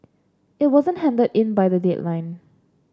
it wasn't handed in by the deadline